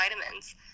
vitamins